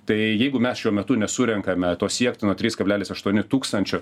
tai jeigu mes šiuo metu nesurenkame meto siektino trys kablelis aštuoni tūkstančio